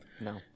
No